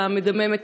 המדממת,